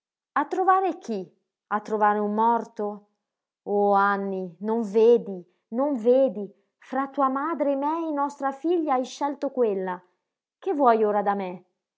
a trovare chi a trovare un morto oh anny non vedi non vedi fra tua madre e me e nostra figlia hai scelto quella che vuoi ora da me